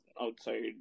outside